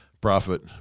prophet